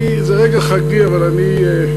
זה רגע חגיגי אבל אני,